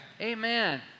Amen